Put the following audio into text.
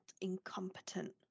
incompetent